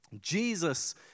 Jesus